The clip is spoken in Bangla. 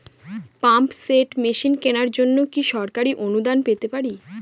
পাম্প সেট মেশিন কেনার জন্য কি সরকারি অনুদান পেতে পারি?